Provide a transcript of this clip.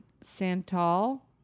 santal